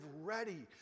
ready